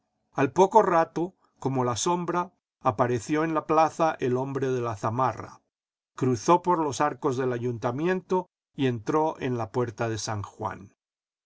al poco rato como la sombra apareció en la plaza el hombre de la zamarra cruzó por los arcos del ayuntamiento y entró en la puerta de san juan